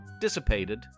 dissipated